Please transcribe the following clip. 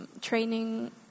training